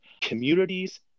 communities